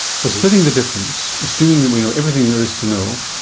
so splitting the difference, assuming that we know everything there is to know,